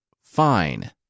Fine